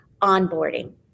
onboarding